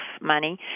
money